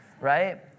Right